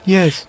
Yes